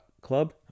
Club